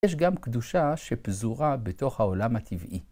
יש גם קדושה שפזורה בתוך העולם הטבעי.